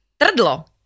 Trdlo